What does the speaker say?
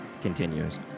continues